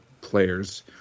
players